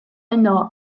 yno